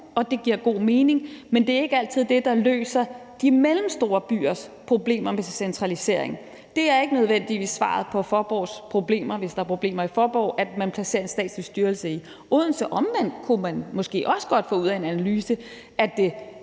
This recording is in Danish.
og det giver god mening, men det er ikke altid det, der løser de mellemstore byers problemer med centralisering. Det er ikke nødvendigvis svaret på Faaborgs problemer, hvis der er problemer i Faaborg, at man placerer en statslig styrelse i Odense. Omvendt kunne man måske også godt få ud af en analyse, at det